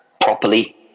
properly